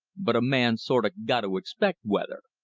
but a man sort've got to expec' weather.